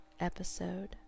episode